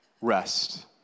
Rest